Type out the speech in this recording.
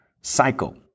cycle